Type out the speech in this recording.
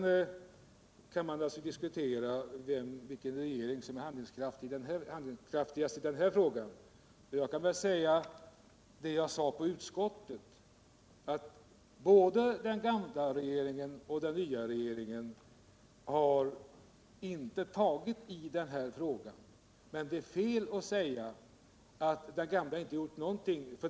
Sedan kan man diskutera vilken regering som är mest handlingskraftig i den här frågan. Jag kan väl säga som jag sade i utskottet, att varken den gamla eller den nya regeringen har tagit i frågan, men det är fel att säga att den gamla inte gjorde någonting.